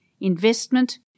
investment